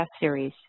series